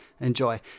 enjoy